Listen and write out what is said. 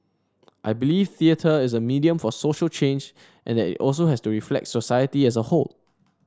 I believe theatre is a medium for social change and that it also has to reflect society as a whole